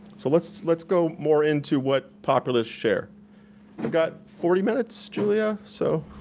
so let's let's go more into what populists share. we got forty minutes, julia? so